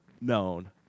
known